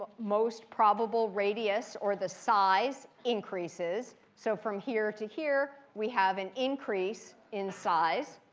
most probable radius or the size increases. so from here to here we have an increase in size.